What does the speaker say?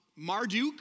Marduk